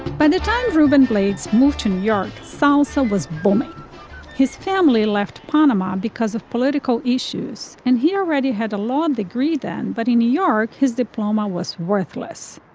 by the time ruben blades moved to new york salsa was booming his family left panama because of political issues and he already had a law degree then but in new york his diploma was worthless.